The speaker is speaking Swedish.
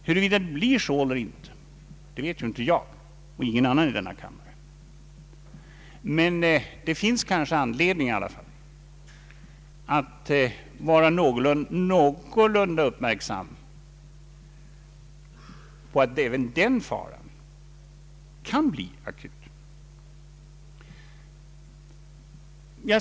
Huruvida det blir så eller inte vet inte jag och ingen annan i denna kammare, men det finns kanske anledning att vara någorlunda uppmärksam på att även den faran kan bli akut.